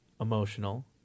emotional